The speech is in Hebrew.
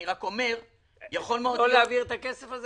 אני רק אומר שיכול מאוד להיות --- לא להעביר את הכסף הזה?